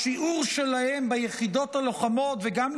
השיעור שלהם ביחידות הלוחמות וגם,